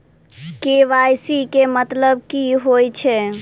KYC केँ मतलब की होइ छै?